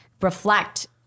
reflect